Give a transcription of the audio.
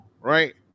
right